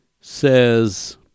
says